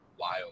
wild